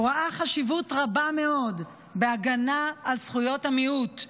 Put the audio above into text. הוא ראה חשיבות רבה מאוד בהגנה על זכויות המיעוט,